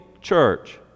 church